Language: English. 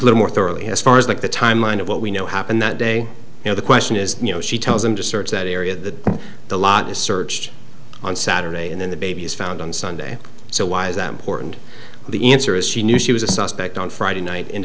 a little more thoroughly as far as like the timeline of what we know happened that day now the question is you know she tells them to search that area that the lot is searched on saturday and then the baby is found on sunday so why is that important the answer is she knew she was a suspect on friday night